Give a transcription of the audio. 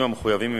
דבריה.